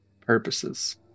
purposes